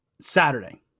Saturday